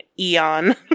Eon